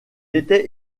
était